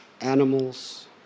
animals